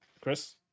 chris